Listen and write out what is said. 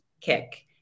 kick